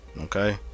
Okay